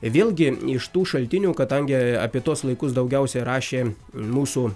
vėlgi iš tų šaltinių kadangi apie tuos laikus daugiausiai rašė mūsų